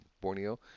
Borneo